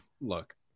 look